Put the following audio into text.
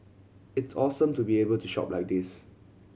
it's awesome to be able to shop like this